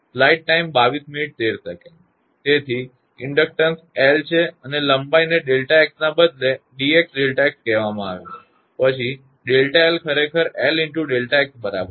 તેથી inductance L છે અને લંબાઈને Δ𝑥 ના બદલે dxΔ𝑥 કહેવામાં આવે છે પછી Δ𝐿 ખરેખર 𝐿 × Δ𝑥 બરાબર છે